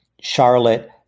Charlotte